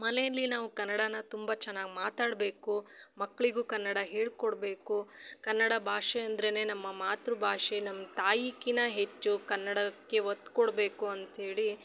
ಮನೇಲಿ ನಾವು ಕನ್ನಡನ ತುಂಬ ಚೆನ್ನಾಗಿ ಮಾತಾಡಬೇಕು ಮಕ್ಕಳಿಗು ಕನ್ನಡ ಹೇಳಿಕೊಡ್ಬೇಕು ಕನ್ನಡ ಭಾಷೆ ಅಂದ್ರೇ ನಮ್ಮ ಮಾತೃಭಾಷೆ ನಮ್ಮ ತಾಯಿಕಿನ್ನ ಹೆಚ್ಚು ಕನ್ನಡಕ್ಕೆ ಒತ್ತು ಕೊಡಬೇಕು ಅಂತೇಳಿ